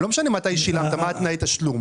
לא משנה מתי שילמת ומהם תנאי התשלום